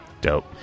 dope